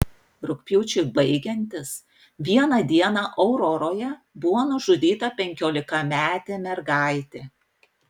rugpjūčiui baigiantis vieną dieną auroroje buvo nužudyta penkiolikametė mergaitė